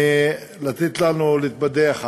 לתת לנו להתבדח עליו.